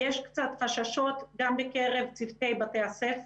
גם שכונות חרדיות, גם מזרח ירושלים.